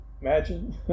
imagine